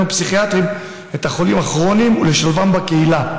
הפסיכיאטריים את החולים הכרוניים ולשלבם בקהילה,